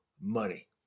money